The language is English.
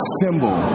symbol